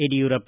Yediyurappa